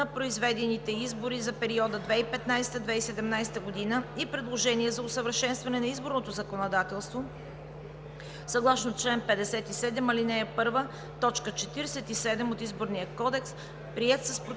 на произведените избори за периода 2015 – 2017 г. и предложение за усъвършенстване на изборното законодателство, съгласно чл. 57, ал. 1, т. 47 от Изборния кодекс, приет с Протоколно